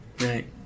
right